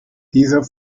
dieser